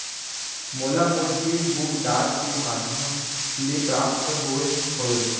मोला मोर cheque book डाक के मध्याम ले प्राप्त होय हवे